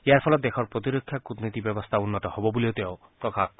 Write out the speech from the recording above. ইয়াৰ ফলত দেশৰ প্ৰতিৰক্ষা কুটনীতি ব্যৱস্থা উন্নত হব বুলিও তেওঁ প্ৰকাশ কৰে